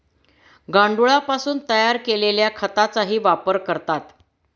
गांडुळापासून तयार केलेल्या खताचाही वापर करतात